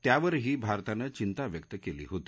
त्यावरही भारतानं चिंता व्यक्त कली होती